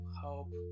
help